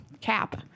cap